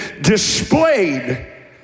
displayed